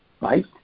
Right